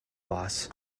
boss